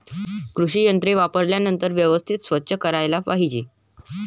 कृषी यंत्रे वापरल्यानंतर व्यवस्थित स्वच्छ करायला पाहिजे